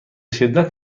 شدت